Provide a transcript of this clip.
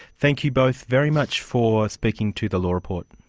thank you both very much for speaking to the law report.